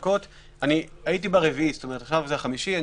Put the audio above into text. הייתי ברביעי ועכשיו זה החמישי.